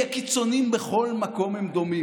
כי הקיצוניים בכל מקום הם דומים.